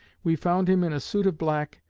we found him in a suit of black,